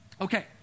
okay